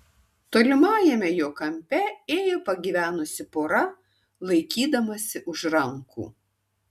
tolimajame jo kampe ėjo pagyvenusi pora laikydamasi už rankų